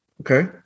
Okay